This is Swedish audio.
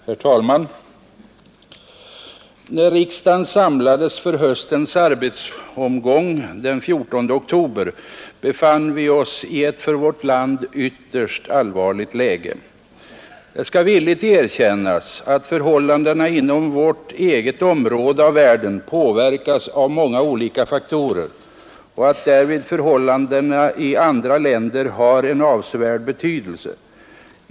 Herr talman! När riksdagen samlades för höstens arbetsomgång den 14 oktober befann vi oss i ett för vårt land ytterst allvarligt läge. Det skall villigt erkännas att förhållandena inom vårt eget område av världen påverkas av många olika faktorer och att därvid förhållanden i andra länder har en avsevärd betydelse.